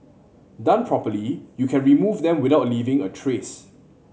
done properly you can remove them without leaving a trace